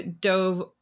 dove